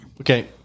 Okay